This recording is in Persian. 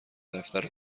دفتر